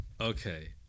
Okay